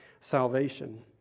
salvation